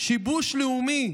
שיבוש לאומי,